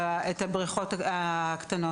גם את זה אנחנו רואים בכל הפגיעות וגם בטביעות.